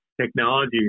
technology